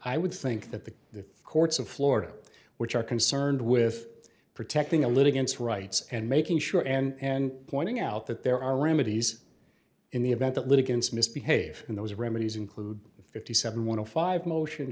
i would think that the the courts of florida which are concerned with protecting a litigant rights and making sure and pointing out that there are remedies in the event that litigants misbehave in those remedies include fifty seven one five motion